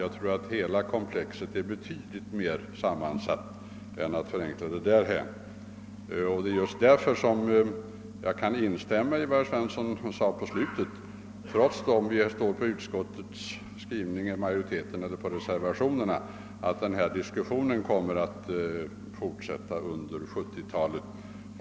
Jag tror att hela komplexet är betydligt mer sammansatt. Det är just därför som jag kan instämma i vad herr Svensson sade i slutet av sitt anförande, nämligen att diskussionen kommer att fortsätta under 1970-talet.